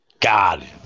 God